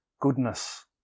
Goodness